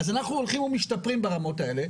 אז אנחנו הולכים ומשתפרים ברמות האלה.